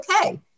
okay